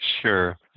Sure